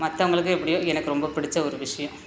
மற்றவுங்களுக்கு எப்படியோ எனக்கு ரொம்ப பிடிச்ச ஒரு விஷயம்